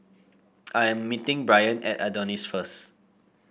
I am meeting Brian at Adonis Hotel first